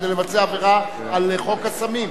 כדי לבצע עבירה על חוק הסמים.